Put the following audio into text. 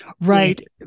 right